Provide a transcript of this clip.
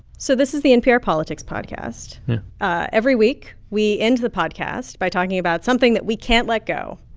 so this is the npr politics podcast yeah every week, we end the podcast by talking about something that we can't let go,